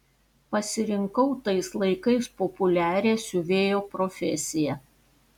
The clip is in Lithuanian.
pasirinkau tais laikais populiarią siuvėjo profesiją